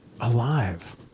alive